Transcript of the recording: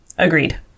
Agreed